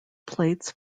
plates